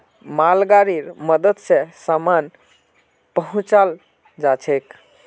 मालगाड़ीर मदद स सामान पहुचाल जाछेक